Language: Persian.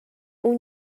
اون